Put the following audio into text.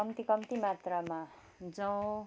कम्ती कम्ती मात्रामा जौ